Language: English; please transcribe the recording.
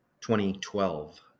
2012